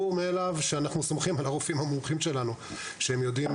שאנחנו סומכים על הרופאים המומחים שלנו שהם יודעים